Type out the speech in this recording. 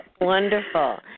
Wonderful